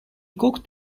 cooked